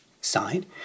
sign